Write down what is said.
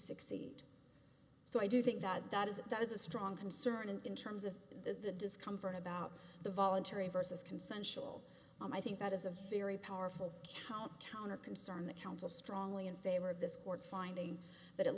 succeed so i do think that that is that is a strong concern and in terms of the discomfort about the voluntary versus consensual i think that is a very powerful account counter concern the council strongly in favor of this court finding that it